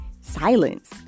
silence